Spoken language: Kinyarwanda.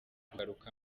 kugaruka